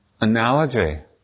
analogy